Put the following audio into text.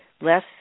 less